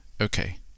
Okay